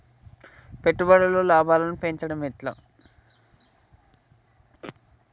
పెట్టుబడులలో లాభాలను పెంచడం ఎట్లా?